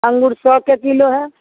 अंगूर सौ के किलो है